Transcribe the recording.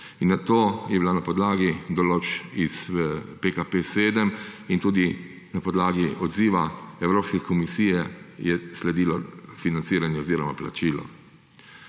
in nato je bila na podlagi določb iz PKP7 in tudi na podlagi odziva Evropskih komisij je sledilo financiranje oziroma plačilo.